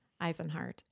Eisenhart